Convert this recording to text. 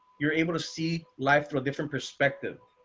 you're able to see life through a different perspective.